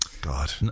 God